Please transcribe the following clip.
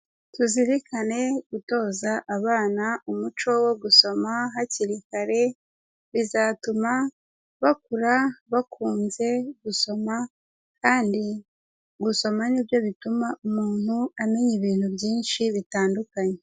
Tuzirikane gutoza abana umuco wo gusoma hakiri kare bizatuma bakura bakunze gusoma kandi gusoma ni nibyo bituma umuntu amenya ibintu byinshi bitandukanye.